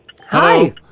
Hi